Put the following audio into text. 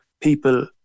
people